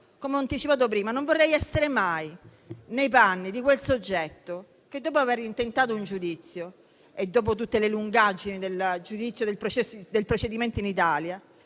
Come anticipato, non vorrei essere mai nei panni di quel soggetto che, dopo aver intentato un giudizio e dopo tutte le lungaggini del procedimento in Italia,